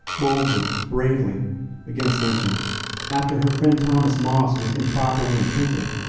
boldly, bravely against lynching after her friend thomas moss was improperly imprisoned.